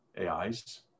AIs